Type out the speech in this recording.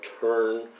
turn